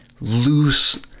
loose